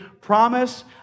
promise